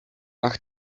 ach